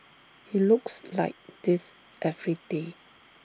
he looks like this every day